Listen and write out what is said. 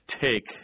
take